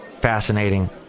Fascinating